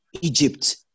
Egypt